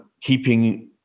keeping